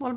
(H)